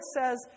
says